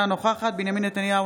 אינה נוכחת בנימין נתניהו,